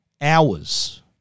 hours